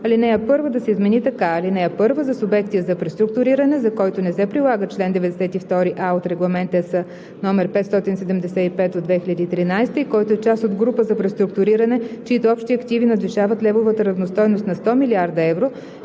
Алинея първа да се измени така: „(1) За субект за преструктуриране, за който не се прилага чл. 92а от Регламент (ЕС) № 575/2013 и който е част от група за преструктуриране, чиито общи активи надвишават левовата равностойност на 100 милиарда евро,